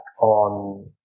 on